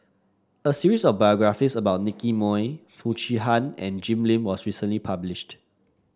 a series of biographies about Nicky Moey Foo Chee Han and Jim Lim was recently published